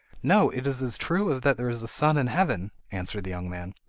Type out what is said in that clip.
no, it is as true as that there is a sun in heaven answered the young man.